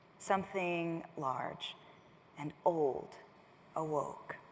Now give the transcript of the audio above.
something large and old awoke